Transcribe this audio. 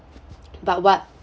but what